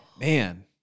man